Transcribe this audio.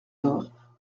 door